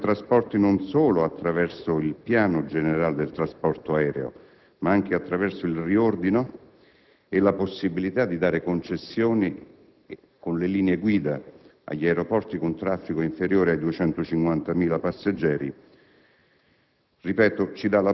il Ministero dei trasporti, non solo attraverso il Piano generale del trasporto aereo, ma anche attraverso il riordino e la possibilità di dare concessioni con le linee guida agli aeroporti con traffico inferiore ai 250.000 passeggeri,